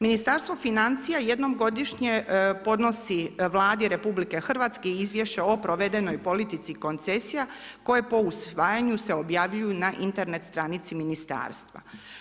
Ministarstvo financija jednom godišnje podnosi Vladi Republike Hrvatske izvješće o provedenoj politici koncesija koja po usvajanju se objavljuju na Internet stranici ministarstva.